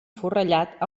forrellat